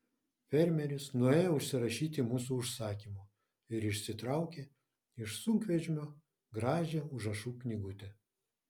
fermeris nuėjo užsirašyti mūsų užsakymo ir išsitraukė iš sunkvežimio gražią užrašų knygutę